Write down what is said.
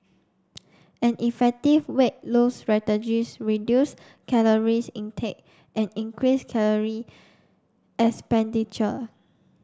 an effective weight loss strategies reduce caloric intake and increase caloric expenditure